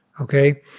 okay